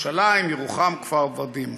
ירושלים, ירוחם, כפר-ורדים.